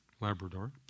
Labrador